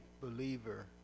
believer